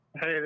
Hey